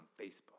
Facebook